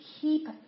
keep